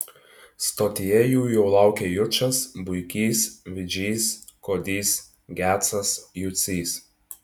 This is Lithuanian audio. stotyje jų jau laukė jučas buikys vidžys kodys gecas jucys